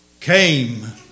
came